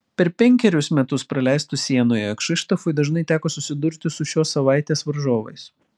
per penkerius metus praleistus sienoje kšištofui dažnai teko susidurti su šios savaitės varžovais